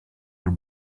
your